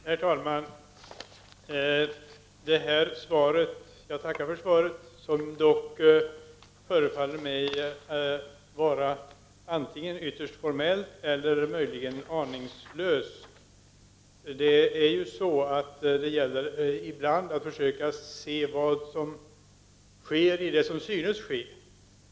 Herr talman! Jag tackar för svaret, som dock förefaller mig vara antingen ytterst formellt eller möjligen aningslöst. Ibland gäller det ju att försöka se vad som sker i det som synes ske.